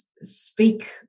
speak